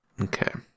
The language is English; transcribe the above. Okay